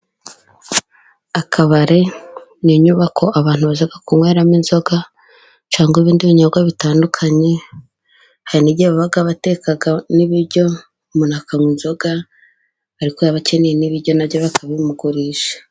Akabari ni inyubako abantu bajya kunyweramo inzoga, cyangwa ibindi binyobwa bitandukanye. Hari n'igihe baba bateka n'ibiryo, umuntu akanywa inzoga, ariko yaba akeneye n'ibiryo na byo bakabimugurisha.